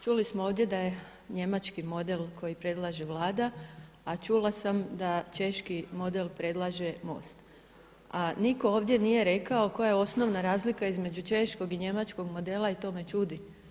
Čuli smo ovdje da je njemački model koji predlaže Vlada, a čula sam da češki model predlaže MOST, a nitko ovdje nije rekao koja je osnovna razlika između češkog i njemačkog modela i to me čudi.